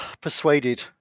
persuaded